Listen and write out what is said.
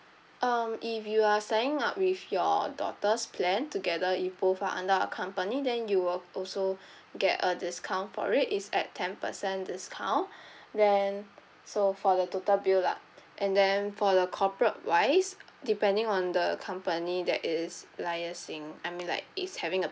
um if you are signing up with your daughter's plan together you both are under our company then you will also get a discount for it it's at ten percent discount then so for the total bill lah and then for the corporate wise depending on the company that is liaising I mean like is having a